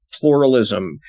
pluralism